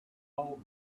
cold